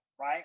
right